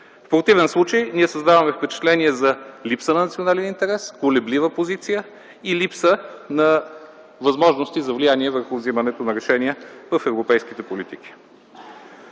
В противен случай създаваме впечатление за липса на национален интерес, колеблива позиция и липса на възможности за влияние върху вземането на решения в европейските политики.